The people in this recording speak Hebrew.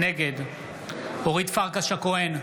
נגד אורית פרקש הכהן,